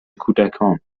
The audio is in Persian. کودکان